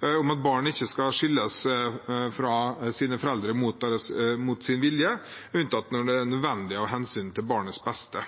om at barn ikke skal skilles fra sine foreldre mot sin vilje, unntatt når det er nødvendig av hensyn til barnets beste.